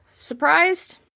surprised